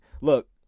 look